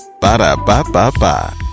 Ba-da-ba-ba-ba